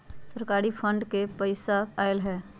सरकारी फंड से पईसा आयल ह?